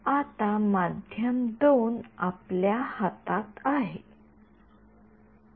आता माध्यम २ आपल्या हातात आहे